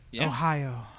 Ohio